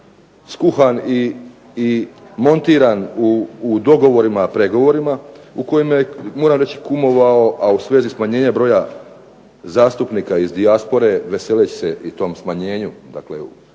skuhan i montiran u dogovorima, pregovorima, u kojem je moram reći kumovao, a u svezi smanjenja broja zastupnika iz dijaspore veseleći se i tom smanjenju,